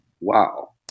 Wow